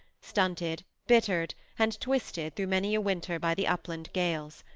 stunted, bittered, and twisted through many a winter by the upland gales.